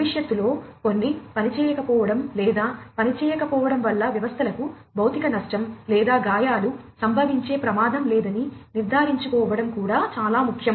భవిష్యత్తులో కొన్ని పనిచేయకపోవడం లేదా పనిచేయకపోవడం వల్ల వ్యవస్థలకు భౌతిక నష్టం లేదా గాయాలు సంభవించే ప్రమాదం లేదని నిర్ధారించుకోవడం కూడా చాలా ముఖ్యం